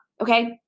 Okay